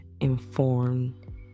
informed